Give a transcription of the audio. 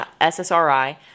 SSRI